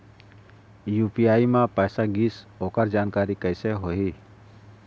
UPI म पैसा गिस ओकर जानकारी कइसे होही?